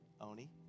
Oni